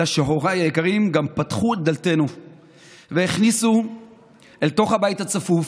אלא שהוריי היקרים גם פתחו את דלתנו והכניסו אל תוך הבית הצפוף